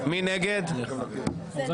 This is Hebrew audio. אושר.